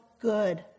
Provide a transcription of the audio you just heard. good